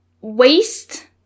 Waste